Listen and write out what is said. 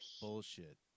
bullshit